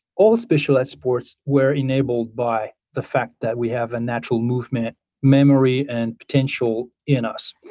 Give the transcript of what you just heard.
all of specialized sports were enabled by the fact that we have a natural movement memory and potential in us.